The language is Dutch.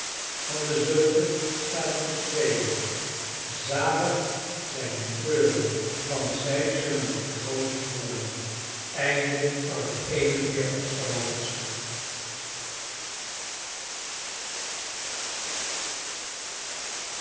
van dezulken staat het geschreven zalig zijn die treuren want zij zullen vertroost worden twee en veertigste hoofdstuk